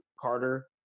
Carter